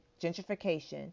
gentrification